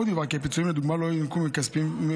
עוד יובהר כי הפיצויים לדוגמה לא ינוכו מהכספים